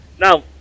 Now